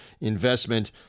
investment